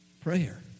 prayer